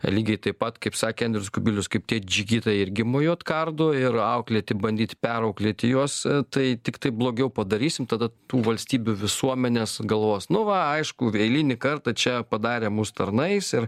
lygiai taip pat kaip sakė andrius kubilius kaip tie džigitai irgi mojuot kardu ir auklėti bandyti perauklėti juos tai tiktai blogiau padarysim tada tų valstybių visuomenės galvos nu va aišku veilinį kartą čia padarė mus tarnais ir